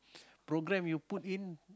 program you put in